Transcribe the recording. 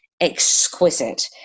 exquisite